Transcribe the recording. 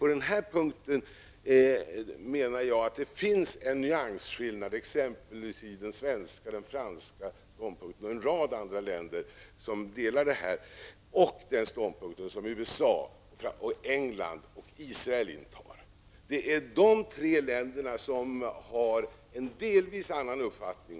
Jag menar att det på denna punkt finns en nyansskillnad mellan den svenska, franska och en rad andra länders ståndpunkt å ena sidan och den ståndpunkt som USA, England och Israel å andra sidan intar. Det är dessa tre länder som delvis har en annan uppfattning.